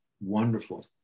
wonderful